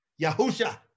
Yahusha